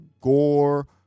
Gore